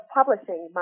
publishing